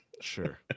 Sure